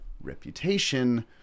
reputation